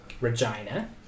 Regina